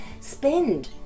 spend